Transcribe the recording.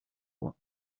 what